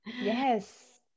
Yes